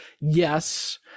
Yes